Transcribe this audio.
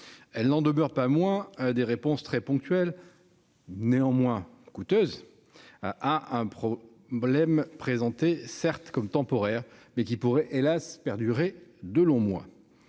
Elles n'en demeurent pas moins des réponses très ponctuelles, et très coûteuses, à un problème présenté, certes, comme temporaire, mais qui pourrait, hélas, durer encore de longs mois.